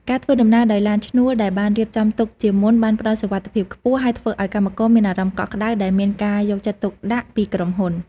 ការធ្វើដំណើរដោយឡានឈ្នួលដែលបានរៀបចំទុកជាមុនបានផ្តល់សុវត្ថិភាពខ្ពស់ ហើយធ្វើឱ្យកម្មករមានអារម្មណ៍កក់ក្តៅដែលមានការយកចិត្តទុកដាក់ពីក្រុមហ៊ុន។